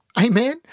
Amen